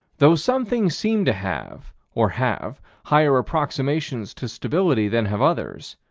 though some things seem to have or have higher approximations to stability than have others,